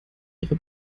ihre